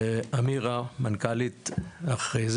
ואמירה המנכ"לית לאחר מכן.